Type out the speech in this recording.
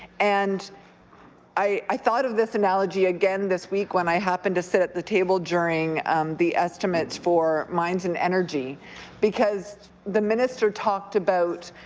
and i thought of this analogy again this week when i happened to sit at the table during the estimates for mines and energy because the minister talked about